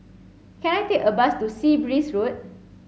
can I take a bus to Sea Breeze Road